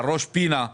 על ראש פינה,